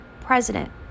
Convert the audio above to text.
President